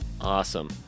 Awesome